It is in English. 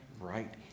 right